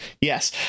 Yes